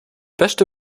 beste